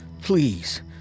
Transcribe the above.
please